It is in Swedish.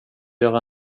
göra